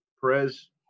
Perez